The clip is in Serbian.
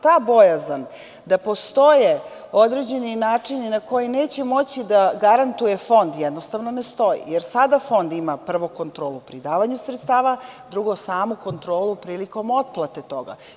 Ta bojazan da postoje određeni načini na koje neće moći da garantuje Fond, jednostavno ne stoji, jer sada Fond ima prvo kontrolu u predavanju sredstava, drugo, samu kontrolu prilikom otplate toga.